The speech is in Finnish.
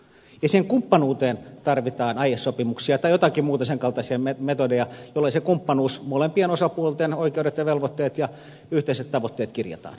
ja siihen kumppanuuteen tarvitaan aiesopimuksia tai joitakin muita sen kaltaisia metodeja jolloin se kumppanuus molempien osapuolten oikeudet ja velvoitteet ja yhteiset tavoitteet kirjataan